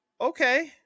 okay